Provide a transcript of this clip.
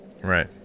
Right